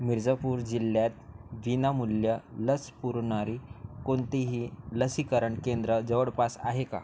मिर्जापूर जिल्ह्यात विनामूल्य लस पुरवणारी कोणतीही लसीकरण केंद्र जवळपास आहे का